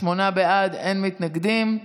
שמונה בעד, אין מתנגדים.